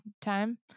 time